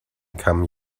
come